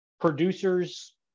producers